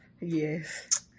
Yes